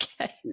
Okay